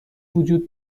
وجود